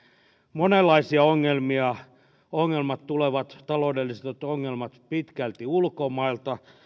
monenlaisia ongelmia ongelmat tulevat taloudelliset ongelmat pitkälti ulkomailta